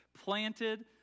planted